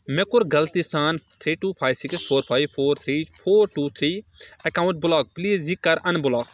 مےٚ کوٚرغلطی سان three two five six four five four three four two three account block please یہِ کَر ان بلاک